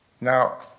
Now